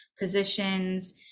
positions